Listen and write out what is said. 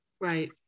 Right